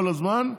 כל הזמן.